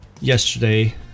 yesterday